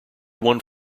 one